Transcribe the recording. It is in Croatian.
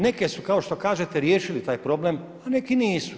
Neke su kao što kažete riješiti taj problem, a neki nisu.